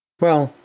well,